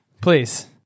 Please